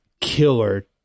killer